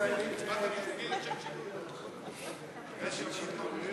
שי לסעיף 9 לא נתקבלה.